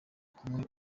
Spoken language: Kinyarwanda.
kumwe